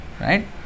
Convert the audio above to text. right